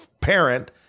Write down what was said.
parent